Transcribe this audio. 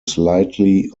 slightly